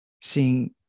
seeing